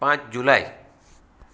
પાંચ જુલાઈ